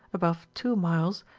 above two miles,